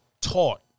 taught